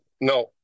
no